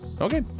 Okay